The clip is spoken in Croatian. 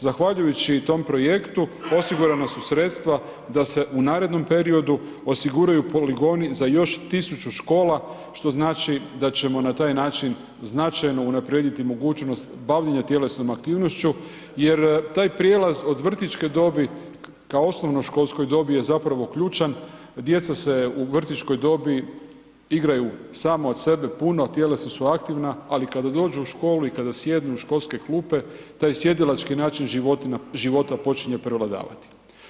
Zahvaljujući i tom projektu osigurana su sredstva da se u narednom periodu osiguraju poligoni za još 1000 škola što znači da ćemo na taj način značajno unaprijediti mogućnost bavljenja tjelesnom aktivnošću jer taj prijelaz od vrtićke dobi kao osnovnoškolskoj dobi je zapravo ključan, djeca se u vrtićkoj dobi igraju sama od sebe, tjelesno su aktivna ali kada dođu u školu i kada sjednu u školske klupe taj sjedilački način života počinje prevladavati.